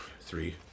Three